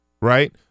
Right